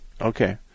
Okay